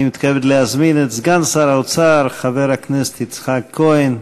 אני מתכבד להזמין את סגן שר האוצר חבר הכנסת יצחק כהן.